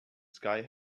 sky